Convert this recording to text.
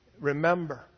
Remember